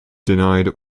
denied